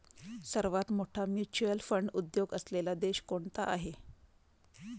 सर्वात मोठा mutual fund उद्योग असलेला देश कोणता आहे?